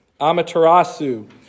Amaterasu